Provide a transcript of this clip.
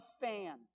fans